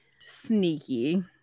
Sneaky